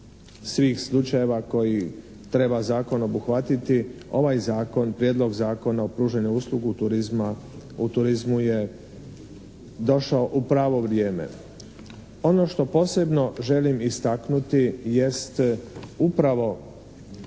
svih slučajeva koje treba zakon obuhvatiti ovaj zakon, Prijedlog Zakona o pružanju usluga u turizmu je došao u pravo vrijeme. Ono što posebno želim istaknuti jest upravo